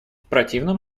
противном